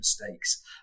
mistakes